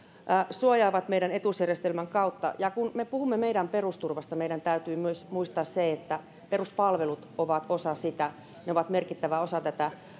suojaavat meidän etuusjärjestelmän kautta ja kun me puhumme meidän perusturvasta meidän täytyy myös muistaa se että peruspalvelut ovat osa sitä ne ovat merkittävä osa tätä